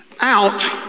out